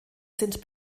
sind